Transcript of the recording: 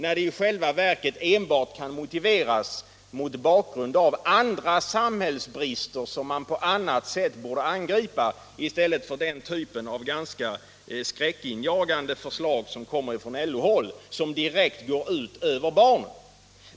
I själva verket kan ju sådant enbart motiveras mot bakgrunden av andra samhällsbrister, som man borde angripa på annat sätt än med de ganska skräckinjagande förslagen från LO-håll, som direkt går ut över barnen.